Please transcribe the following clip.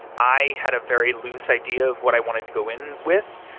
i had a very loose idea of what i wanted to go in with.